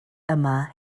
yma